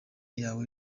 yawe